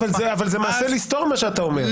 זה מעשה לסתור מה שאתה אומר.